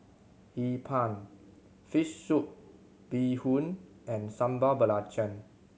Hee Pan fish soup bee hoon and Sambal Belacan